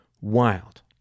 wild